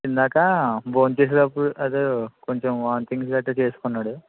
ఇందాకా భోంచేసెటప్పుడు అదే కొంచెం వామిటింగ్స్ గట్రా చేసుకున్నాడు